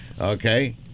Okay